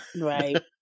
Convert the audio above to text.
right